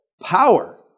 power